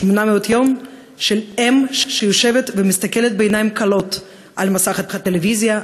800 יום של אם שיושבת ומסתכלת בעיניים כלות על מסך הטלוויזיה,